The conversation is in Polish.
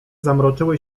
zamroczyły